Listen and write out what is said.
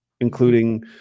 including